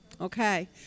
Okay